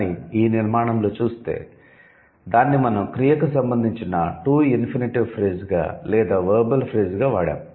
కాని ఈ నిర్మాణంలో చూస్తే దానిని మనం 'క్రియకు' సంబందించిన 'to ఇంఫినిటివ్ ఫ్రేజ్' గా లేదా 'వెర్బల్ ఫ్రేజ్' గా వాడాం